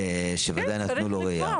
שבוודאי נתנו לו ראייה.